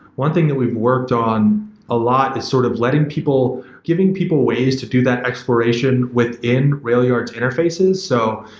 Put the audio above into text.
one thing that we've worked on a lot is sort of letting people giving people ways to do that exploration within railyard's interfaces. so,